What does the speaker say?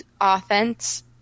offense –